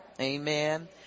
Amen